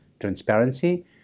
transparency